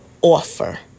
offer